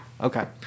Okay